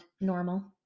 normal